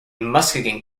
muskegon